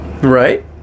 Right